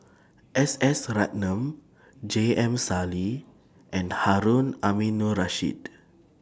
S S Ratnam J M Sali and Harun Aminurrashid